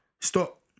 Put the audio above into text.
stop